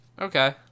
Okay